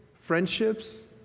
friendships